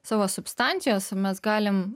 savo substancijos mes galim